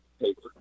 paper